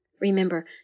Remember